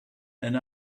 and